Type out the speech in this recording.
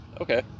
Okay